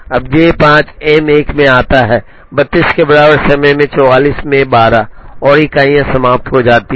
अब J 5 M 1 में जाता है 32 के बराबर समय में 44 में 12 और इकाइयाँ समाप्त हो जाती हैं